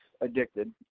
addicted